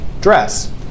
dress